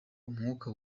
umwuka